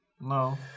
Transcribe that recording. No